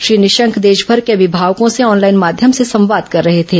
श्री निशंक देशमर के अभिमावकों से ऑनलाइन माध्यम से संवाद कर रहे थे